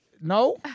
No